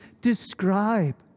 describe